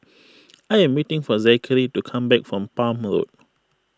I am waiting for Zachery to come back from Palm Road